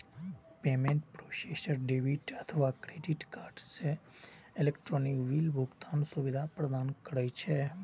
payment processor debit अथवा credit card सं electronic bill भुगतानक सुविधा प्रदान करै छै